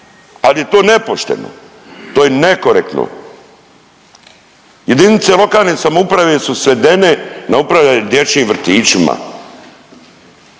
ali je to nepošteno, to je nekorektno. Jedinice lokalne samouprave su svedene na upravljanje dječjim vrtićima.